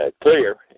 clear